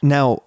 Now